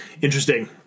Interesting